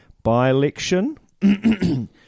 By-election